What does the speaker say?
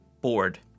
bored